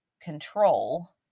control